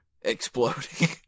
exploding